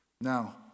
Now